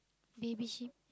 baby sheep